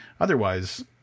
Otherwise